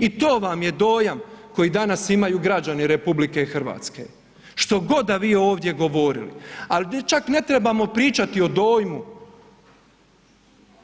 I to vam je dojam kojeg danas imaju građani RH, što god da vi ovdje govorili ali čak ne trebamo pričati o dojmu,